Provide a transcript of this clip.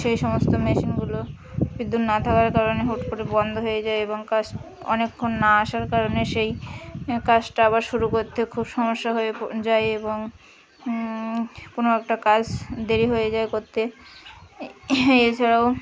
সেই সমস্ত মেশিনগুলো বিদ্যুৎ না থাকার কারণে হুট করে বন্ধ হয়ে যায় এবং কাজ অনেকক্ষণ না আসার কারণে সেই এ কাজটা আবার শুরু করতে খুব সমস্যা হয়ে যায় এবং কোনো একটা কাজ দেরি হয়ে যায় করতে এছাড়াও